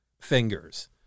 fingers